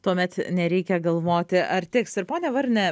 tuomet nereikia galvoti ar tiks ir ponia varne